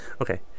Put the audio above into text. Okay